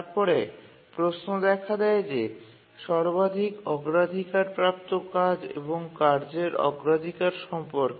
তারপরে প্রশ্ন দেখা দেয় যে সর্বাধিক অগ্রাধিকার প্রাপ্ত কাজ এবং কার্যের অগ্রাধিকার সম্পর্কে